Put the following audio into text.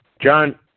John